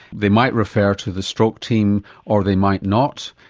they might refer to the stroke team or they might not,